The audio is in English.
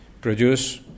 produce